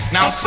Now